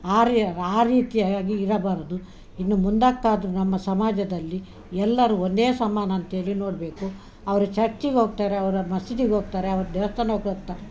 ಆರ್ಯ ಆ ರೀತಿಯಾಗಿ ಇರಬಾರದು ಇನ್ನು ಮುಂದಾಕ್ಕಾದರೂ ನಮ್ಮ ಸಮಾಜದಲ್ಲಿ ಎಲ್ಲರು ಒಂದೇ ಸಮಾನ ಅಂತೇಳಿ ನೋಡಬೇಕು ಅವ್ರು ಚರ್ಚಿಗೆ ಹೋಗ್ತಾರೆ ಅವರ ಮಸೀದಿಗೆ ಹೋಗ್ತಾರೆ ಅವ್ರು ದೇವಸ್ಥಾನ ಹೋಗುತ್ತ